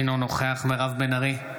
אינו נוכח מירב בן ארי,